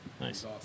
Nice